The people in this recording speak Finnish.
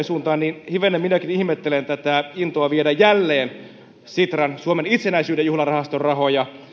suuntaan minäkin hivenen ihmettelen tätä intoa viedä jälleen sitran suomen itsenäisyyden juhlarahaston rahoja